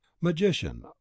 magician